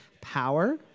power